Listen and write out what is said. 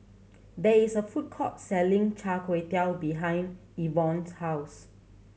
there is a food court selling chai tow kway behind Evon's house